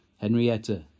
Henrietta